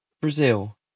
Brazil